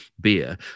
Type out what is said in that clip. beer